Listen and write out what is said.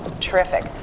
terrific